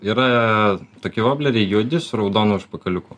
yra tokie vobleriai juodisu raudonu užpakaliuku